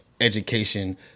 education